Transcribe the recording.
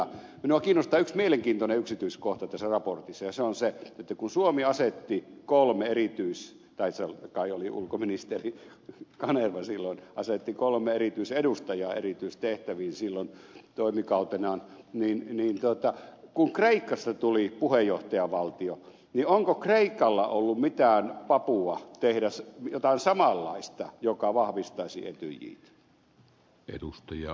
minua kiinnostaa yksi mielenkiintoinen yksityiskohta tässä raportissa ja se on se että kun suomi asetti tai se kai oli ulkoministeri kanerva silloin joka asetti kolme erityisedustajaa erityistehtäviin silloin toimikautenaan niin kun kreikasta tuli puheenjohtajavaltio niin onko kreikalla ollut mitään papua tehdä jotain samanlaista joka vahvistaisi etyjiä